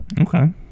Okay